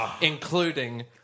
including